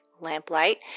lamplight